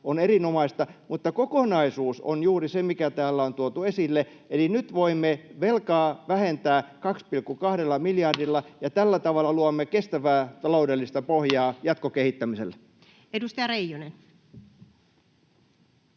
on erinomaista. Mutta kokonaisuus on juuri se, mikä täällä on tuotu esille. Eli nyt voimme velkaa vähentää 2,2 miljardilla, ja tällä tavalla luomme kestävää taloudellista pohjaa jatkokehittämiselle. [Speech